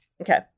Okay